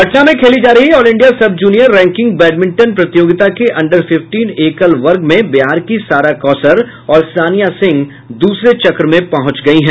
पटना में खेली जा रही all India sub junior ranking badminton प्रतियोगिता में अंडर फिफ्टीन एकल वर्ग में बिहार की सारा कौसर और सानिया सिंह दूसरे चक्र में पहुंच गयी हैं